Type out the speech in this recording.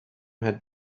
had